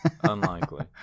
unlikely